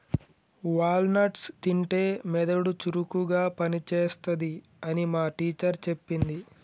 wall nuts తింటే మెదడు చురుకుగా పని చేస్తది అని మా టీచర్ చెప్పింది